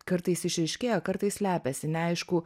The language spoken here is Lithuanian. kartais išryškėja o kartais slepiasi neaišku